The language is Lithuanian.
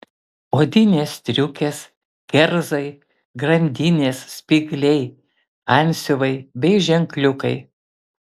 odinės striukės kerzai grandinės spygliai antsiuvai bei ženkliukai